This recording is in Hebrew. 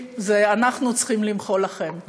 זה אנחנו צריכים למחוא לכן.